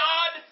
God